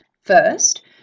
First